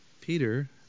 Peter